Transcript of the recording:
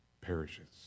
perishes